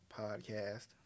podcast